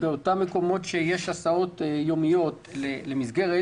באותם מקומות שיש הסעות יומיות למסגרת,